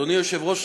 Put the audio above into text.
אדוני היושב-ראש,